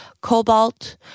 cobalt